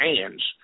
hands